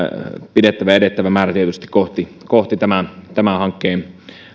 ja edettävä määrätietoisesti kohti kohti hankkeen